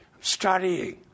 studying